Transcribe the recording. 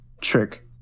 Trick